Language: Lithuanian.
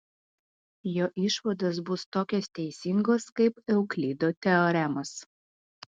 jo išvados bus tokios teisingos kaip euklido teoremos